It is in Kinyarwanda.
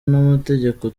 n’amategeko